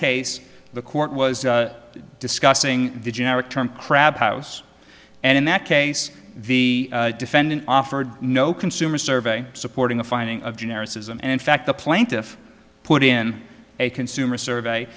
case the court was discussing the generic term crab house and that case the defendant offered no consumer survey supporting a finding of generic cism and in fact the plaintiff put in a consumer survey